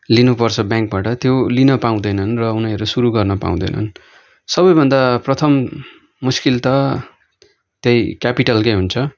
लिनुपर्छ ब्याङ्कबाट त्यो लिन पाउँदैनन् र उनीहरू सुरु गर्न पाउँदैनन् सबैभन्दा प्रथम मुस्किल त त्यही क्यापिटलकै हुन्छ